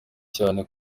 cyane